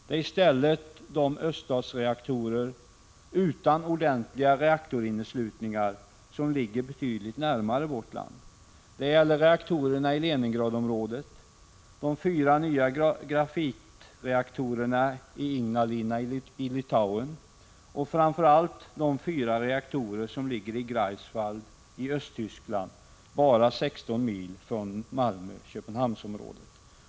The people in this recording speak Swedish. Det är i stället de öststatsreaktorer utan ordentliga reaktorinneslutningar som ligger betydligt närmare vårt land. Det gäller reaktorerna i Leningradområdet, de fyra nya grafitreaktorerna i Ignalina i Litauen och, framför allt, de fyra reaktorerna i Greifswald i Östtyskland, bara sexton mil från Malmö-Köpenhamnsområdet.